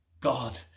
God